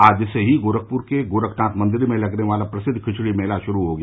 आज से गोरखपुर के गोरखनाथ मंदिर में लगने वाला प्रसिद्व खिचड़ी मेला शुरू हो गया